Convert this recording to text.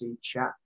Chat